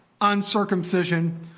uncircumcision